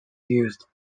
used